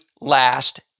last